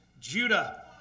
Judah